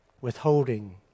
withholding